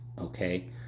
okay